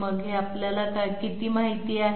मग हे आपल्याला किती माहित आहे